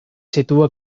situa